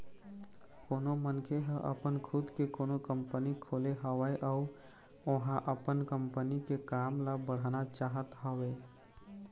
कोनो मनखे ह अपन खुद के कोनो कंपनी खोले हवय अउ ओहा अपन कंपनी के काम ल बढ़ाना चाहत हवय